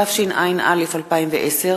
התשע"א 2010,